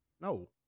No